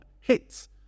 hits